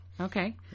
Okay